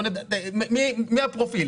מי הפרופיל?